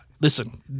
Listen